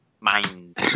Mind